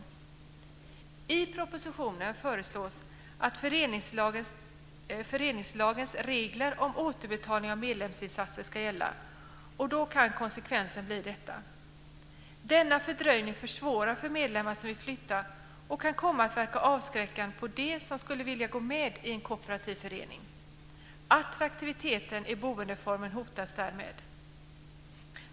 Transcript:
I propositionen föreslås att föreningslagens regler om återbetalning av medlemsinsatser ska gälla, och då kan konsekvensen bli detta. Denna fördröjning försvårar för medlemmar som vill flytta och kan komma att verka avskräckande på dem som skulle vilja gå med i en kooperativ förening. Attraktiviteten i boendeformen hotas därmed.